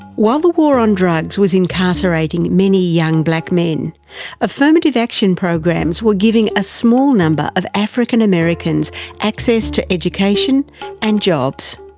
while the war on drugs was incarcerating many young black affirmative action programs were giving a small number of african americans access to education and jobs.